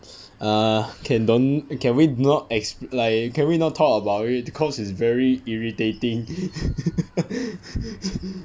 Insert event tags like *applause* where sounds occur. err can don't can we not ex~ like can we not talk about it cause it's very irritating *laughs*